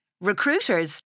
Recruiters